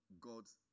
God's